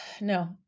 no